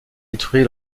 détruit